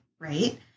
right